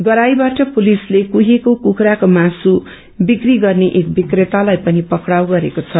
गराईबाट पुलिसले कुहेको कुखुराको मासु विक्री गर्ने एक विक्रेतालाई पनि पकाउ गरेको छ